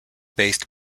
based